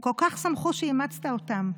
הם כל כך שמחו שאימצת אותם.